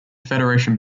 federation